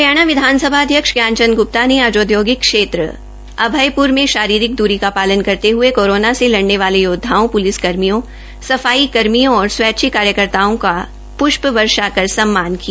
हरियाणा विधानसभा अध्यक्ष ज्ञानचंद ग्प्ता ने आज औद्योगिक क्षेत्र अभय प्र में शारीरिक दूरी का पालन करते हये कोरोना से लड़ने वाले योदवाओं पुलिस कर्मियों सफाई कर्मियों और स्वैच्छिक कार्यकताऔ का पृष्प वर्षा कर स्म्मान किया